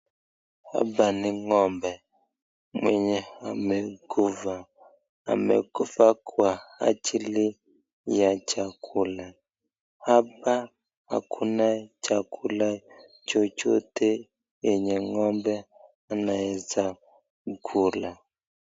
Hapa ni ng'ombe mwenye amekufa, amekufa kwa ajili ya chakula, hapa hakuna chakula chochote yenye ng'ombe anaweza kula.